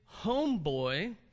homeboy